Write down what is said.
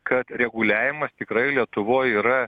kad reguliavimas tikrai lietuvoj yra